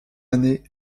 année